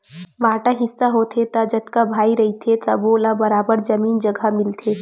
बांटा हिस्सा होथे त जतका भाई रहिथे सब्बो ल बरोबर जमीन जघा मिलथे